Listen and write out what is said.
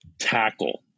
tackle